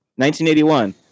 1981